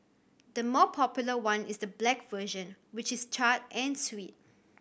the more popular one is the black version which is charred and sweet